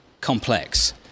complex